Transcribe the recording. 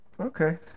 okay